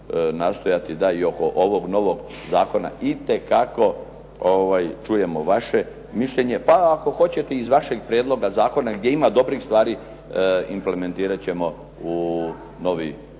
nastojati da i oko ovog novog zakona itekako čujemo vaše mišljenje, pa ako hoćete i iz vašeg prijedloga zakona. Gdje ima dobrih stvari implementirat ćemo u novi